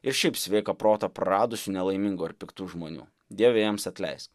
ir šiaip sveiką protą praradusių nelaimingų ar piktų žmonių dieve jiems atleis